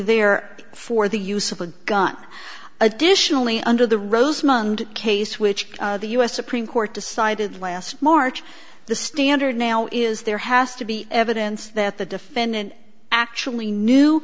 there for the use of a gun additionally under the rose mund case which the us supreme court decided last march the standard now is there has to be evidence that the defendant actually knew